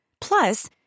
Plus